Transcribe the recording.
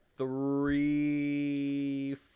Three